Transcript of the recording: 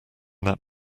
that